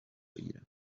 بگیرم